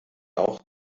auch